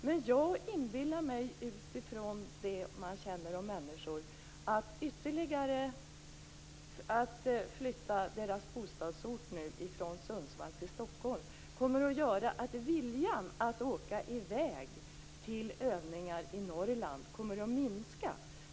Men jag inbillar mig, utifrån det jag vet om människor, att om man flyttar deras bostadsort från Sundsvall till Stockholm kommer flygledarnas vilja att åka i väg till övningar i Norrland att minska.